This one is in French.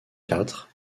quatre